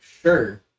sure